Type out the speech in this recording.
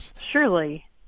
surely